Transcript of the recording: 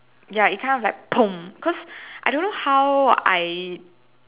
ya it kind of like cause I don't know how I